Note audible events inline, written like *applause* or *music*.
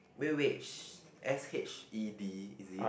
wait wait *noise* S H E D is it